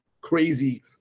crazy